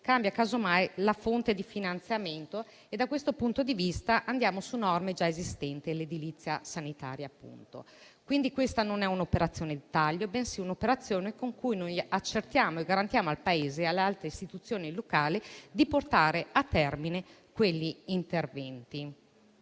cambia casomai la fonte di finanziamento e da questo punto di vista andiamo su norme già esistenti relative all'edilizia sanitaria. Questa non è un'operazione di taglio, con la quale invece accertiamo e garantiamo al Paese e alle altre istituzioni locali di portare a termine quegli interventi.